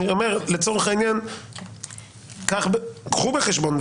שתיקחו בחשבון,